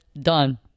Done